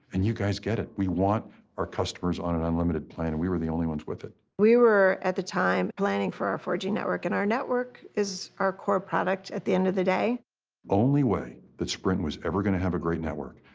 and you guys get it. we want our customers on an unlimited plan and we were the only ones with it. we were at the time planning for our four g network and our network is our core product at the end of the day. the only way that sprint was ever going to have a great network,